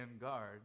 guard